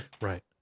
Right